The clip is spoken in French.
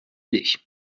idée